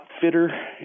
fitter